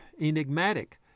enigmatic